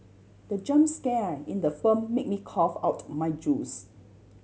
the jump scare in the film made me cough out my juice